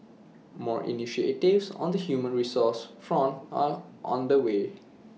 more initiatives on the human resources front are under way